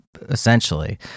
essentially